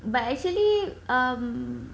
but actually um